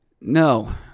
No